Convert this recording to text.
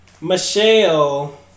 Michelle